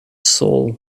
soul